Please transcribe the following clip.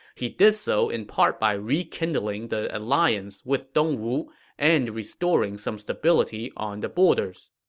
he did so in part by rekindling the alliance with dongwu and restoring some stability on the borders.